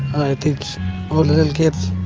i teach all the little kids,